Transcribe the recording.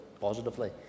positively